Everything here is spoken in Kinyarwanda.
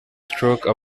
stroke